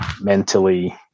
mentally